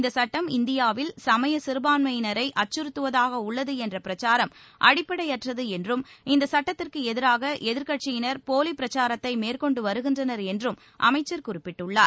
இந்த சுட்டம் இந்தியாவில் சமய சிறுபான்மையினரை அச்சுறத்துவதாக உள்ளது என்ற பிரச்சாரம் அடிப்படையற்றது என்றும் இந்தச் சட்டத்திற்கு எதிராக எதிர்கட்சியினர் போலி பிரச்சாரத்தை மேற்கொண்டு வருகின்றனர் என்றம் அமைச்சர் குறிப்பிட்டுள்ளார்